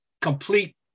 complete